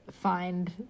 find